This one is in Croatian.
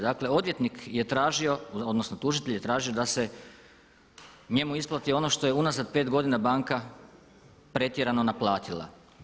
Dakle, odvjetnik je tražio, odnosno tužitelj je tražio da se njemu isplati ono što je unazad pet godina banka pretjerano naplatila.